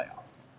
playoffs